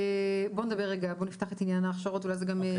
אביגיל, את רוצה לענות על זה או שזה לא חונה אצלך?